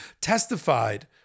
testified